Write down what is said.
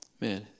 Man